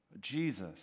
Jesus